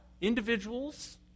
individuals